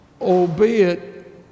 albeit